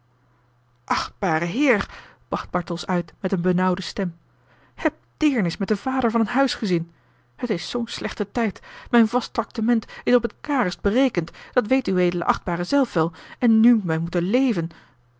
achtbare heer bracht bartels uit met eene benauwde stem heb deernis met den vader van een huisgezin het is zoo'n slechte tijd mijn vast traktement is op het karigst berekend dat weet uw edel achtbare zelf wel en nu wij moeten leven